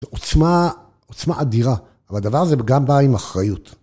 עוצמה, עוצמה אדירה, אבל הדבר הזה גם בא עם אחריות.